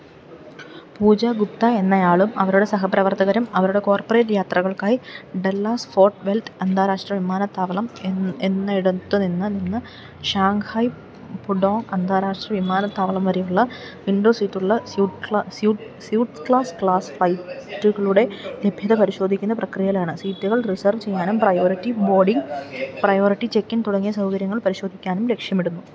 പൂജാ ഗുപ്ത എന്നയാളും അവരുടെ സഹപ്രവർത്തകരും അവരുടെ കോർപ്പറേറ്റ് യാത്രകൾക്കായി ഡെല്ലാസ് ഫോട്ട് വെൽറ്റ് അന്താരാഷ്ട്ര വിമാനത്താവളം എന്നിടത്ത് നിന്ന് ഷാങ്ഹായ് പുഡോങ് അന്താരാഷ്ട്ര വിമാനത്താവളം വരെയുള്ള വിൻഡോ സീറ്റുള്ള സ്യൂട്ട് ക്ലാസ് ഫ്ളൈറ്റുകളുടെ ലഭ്യത പരിശോധിക്കുന്ന പ്രക്രിയയിലാണ് സീറ്റുകൾ റിസർവ് ചെയ്യാനും പ്രയോരിറ്റി ബോർഡിങ് പ്രയോറിറ്റി ചെക്കിൻ തുടങ്ങിയ സൗകര്യങ്ങൾ പരിശോധിക്കാനും ലക്ഷ്യമിടുന്നു